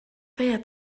feia